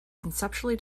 conceptually